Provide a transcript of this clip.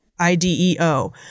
IDEO